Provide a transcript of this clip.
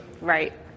right